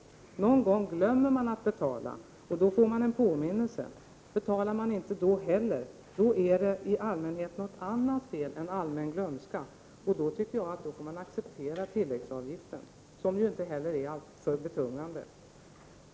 Någon gång glömmer man att betala, och då får man en påminnelse. Betalar man inte då heller, är det i allmänhet något annat fel än allmän glömska. Då tycker jag att man får acceptera tilläggsavgiften, som ju inte är alltför betungande.